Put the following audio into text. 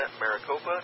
Maricopa